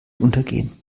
untergehen